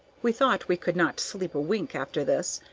we thought we could not sleep a wink after this,